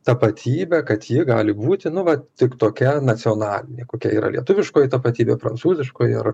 tapatybę kad ji gali būti nu va tik tokia nacionalinė kokia yra lietuviškoji tapatybė prancūziškoji ar